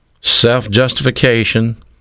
Self-justification